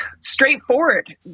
straightforward